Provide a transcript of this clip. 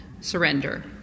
surrender